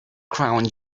crown